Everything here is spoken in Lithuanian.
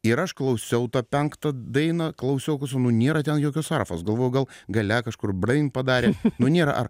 ir aš klausiau to penkto daina kliausiau klausiau nu nėra ten jokios arfos galvojau gal gale kažkur braing padarė nu nėra ar